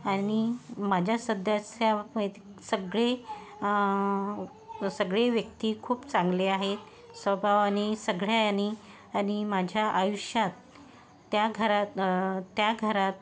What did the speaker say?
आणि माझ्या सदस्या पैती सगळे सगळे व्यक्ती खूप चांगले आहेत स्वभावानी सगळ्या यानी आणि माझ्या आयुष्यात त्या घरात त्या घरात